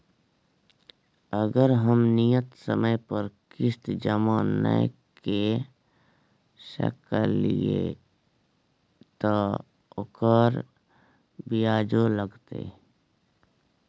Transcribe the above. अगर हम नियत समय पर किस्त जमा नय के सकलिए त ओकर ब्याजो लगतै?